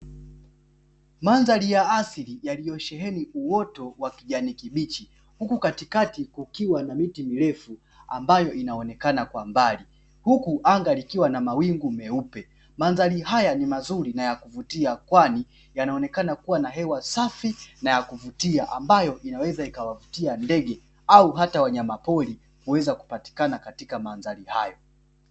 Mandhari ya asili yaliyosheheni uoto wa kijani kibichi, huku katikati kukiwa na miti mirefu, ambayo inaonekana kwa mbali huku anga likiwa na mawingu meupe. Mandhari hii ni nzuri na ya kuvutia kwani inaonekana kuwa na hewa safi na ya kuvutia, ambayo inaweza kuwavutia ndege au hata wanyama pori kuweza kupatikana katika mandhari hayo.